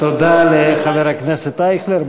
תודה לחבר הכנסת אייכלר.